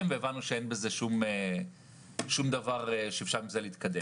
והבנו שאין בזה שום דבר שאפשר להתקדם בו.